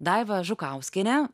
daiva žukauskienė